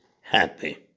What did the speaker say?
happy